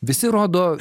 visi rodo